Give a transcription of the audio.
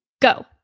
go